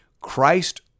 Christ